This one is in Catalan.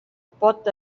pot